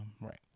right